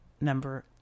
Number